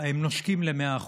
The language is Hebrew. נושקים ל-100%.